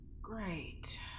Great